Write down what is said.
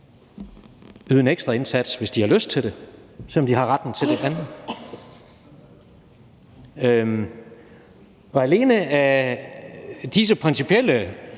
en ekstra indsats, hvis de har lyst til det, selv om de har retten til det andet. Så alene på grund af dette principielle